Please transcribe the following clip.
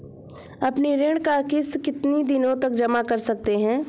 अपनी ऋण का किश्त कितनी दिनों तक जमा कर सकते हैं?